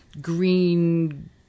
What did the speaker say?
green